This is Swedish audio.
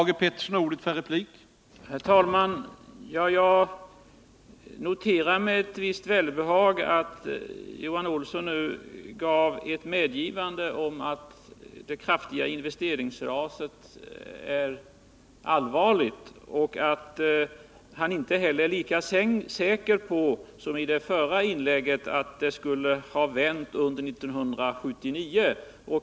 Herr talman! Jag noterar med ett visst välbehag att Johan Olsson nu medgav att det kraftiga investeringsraset är allvarligt och att han i sitt senaste inlägg inte var lika säker som i det förra inlägget på att utvecklingen skulle ha vänt under 1979.